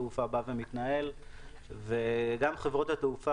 גם חברות התעופה,